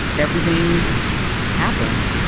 everything happened.